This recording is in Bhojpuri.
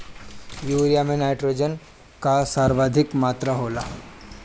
यूरिया में नाट्रोजन कअ सर्वाधिक मात्रा होला